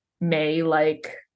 May-like